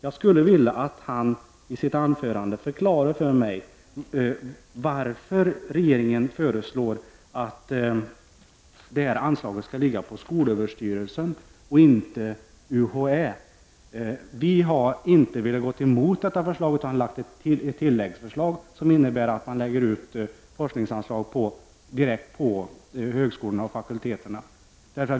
Jag skulle vilja att hani sitt anförande förklarade för mig varför regeringen föreslår att anslaget skall ligga på skolöverstyrelsen och inte på UHÄ. Vi har inte velat gå emot detta förslag. Däremot har vi ett tilläggsförslag som innebär att forskningsanslag skall läggas direkt på högskolorna och fakulteterna.